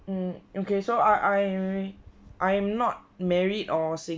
mm okay so I I I'm not married or single